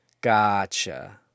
Gotcha